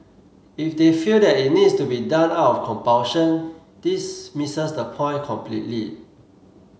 if they feel that it needs to be done out of compulsion this misses the point completely